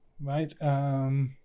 right